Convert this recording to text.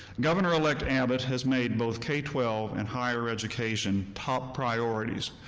governor like abbott has made both k twelve and higher education top priorities,